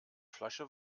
flasche